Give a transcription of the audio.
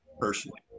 personally